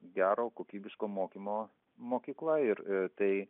gero kokybiško mokymo mokykla ir tai